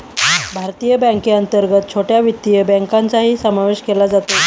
भारतीय बँकेअंतर्गत छोट्या वित्तीय बँकांचाही समावेश केला जातो